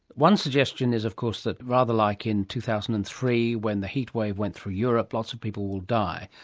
one suggestion is of course that rather like in two thousand and three when the heatwave went through europe, lots of people will die.